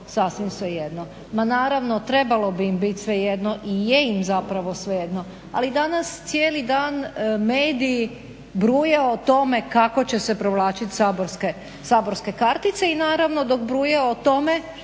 sasvim svejedno. Ma naravno trebalo bi im biti svejedno i je im zapravo svejedno. Ali danas cijeli dan mediji bruje o tome kako će se provlačiti saborske kartice i naravno dok bruje o tome